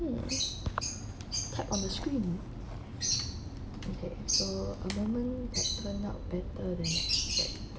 hmm type on the screen okay so a moment that turned out better than expected